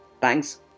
thanks